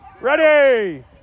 Ready